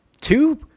two